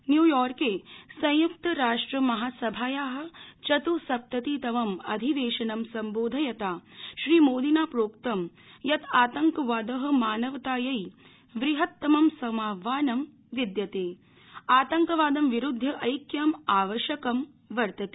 न्यूयॉके संयुक्तराष्ट्रमहासभाया चत्ःसप्ततितमं अधिवेशनं सम्बोधयता श्रीमोदिना प्रोक्तं आतंकवाद मानवतायै वृहत्तमं समाह्वानं विद्यते आतंकवादं विरुध्य ऐक्यम् आवश्यकं वर्तते